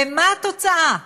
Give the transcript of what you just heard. ומה התוצאה?